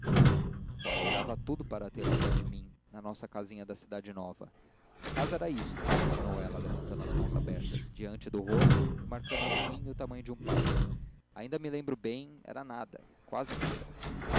oh eu dava tudo para tê-la ao pé de mim na nossa casinha da cidade nova a casa era isto continuou ela levantando as mãos abertas diante do rosto e marcando assim o tamanho de um palmo ainda me lembro bem era nada quase nada